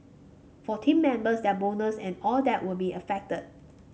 for team members their bonus and all that will be affected